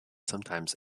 sometimes